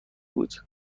بود